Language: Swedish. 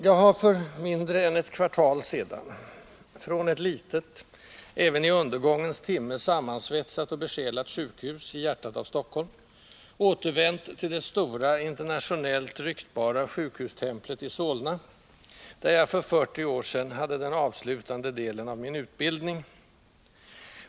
Jag har för mindre än ett kvartal sedan från ett litet, även i undergångens timme sammansvetsat och besjälat sjukhus i hjärtat av Stockholm återvänt till det stora, internationellt ryktbara sjukhustemplet i Solna, där jag för 40 år sedan hade den avslutande delen av min utbildning.